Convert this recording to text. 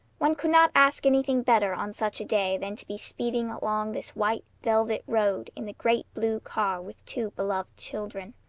one could not ask anything better on such a day than to be speeding along this white velvet road in the great blue car with two beloved children.